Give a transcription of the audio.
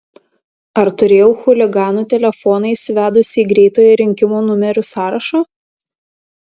ar turėjau chuliganų telefoną įsivedusi į greitojo rinkimo numerių sąrašą